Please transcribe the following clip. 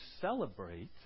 celebrate